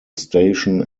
station